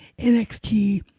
NXT